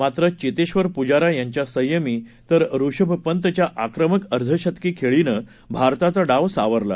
मात्रचेतश्वरपुजारायाच्यासंयमीतरऋषभपंतच्याआक्रमकअर्धशतकीखेळीनंभारताचाडावसावरला